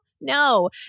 No